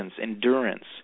endurance